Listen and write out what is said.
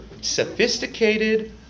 Sophisticated